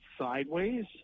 sideways